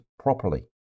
Properly